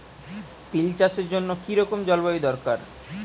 তিল চাষের জন্য কি রকম জলবায়ু দরকার?